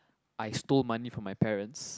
I stole money from my parents